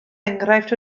enghraifft